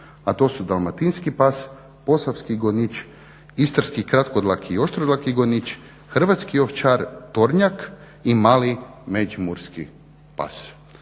a to su dalmatinski pas, posavski goniči, istarski kratkodlaki i oštrodlaki gonič, hrvatski ovčar tornjak i mali međimurski pas,